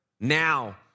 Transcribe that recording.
Now